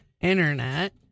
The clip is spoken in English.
internet